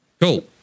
Cool